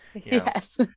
Yes